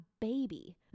baby